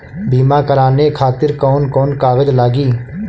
बीमा कराने खातिर कौन कौन कागज लागी?